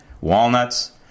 Walnuts